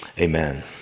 Amen